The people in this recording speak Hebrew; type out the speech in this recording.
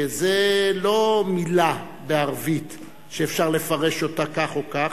וזו לא מלה בערבית שאפשר לפרש אותה כך או כך.